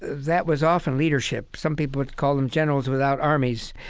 that was often leadership. some people would call them generals without armies.